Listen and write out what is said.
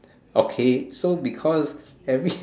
okay so because have you